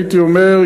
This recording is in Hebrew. הייתי אומר,